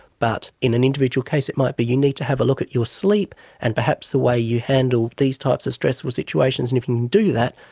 but in an individual case it might be you need to have a look at your sleep and perhaps the way you handle these types of stressful situations, and if you can do that,